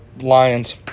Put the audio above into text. Lions